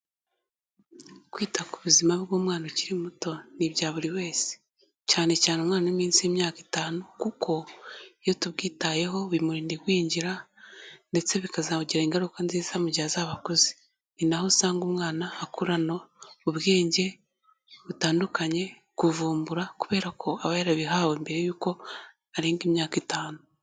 Kwita ku buzima bw'umwana ukiri muto ni ibya buri wese, cyane cyane umwana uri munsi y'imyaka itanu kuko iyo tubwitayeho bimurinda igwingira ndetse bikazagira ingaruka nziza mu gihe azaba akuze, ni n'aho usanga umwana akurana ubwenge butandukanye kuvumbura kubera ko aba yarabihawe mbere yuko arenga imyaka itanu.